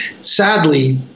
Sadly